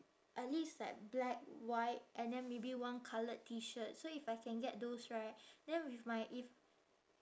at least like black white and then maybe one coloured T shirt so if I can get those right then with my if